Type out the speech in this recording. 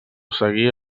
seguir